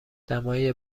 دمای